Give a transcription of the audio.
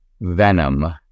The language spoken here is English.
venom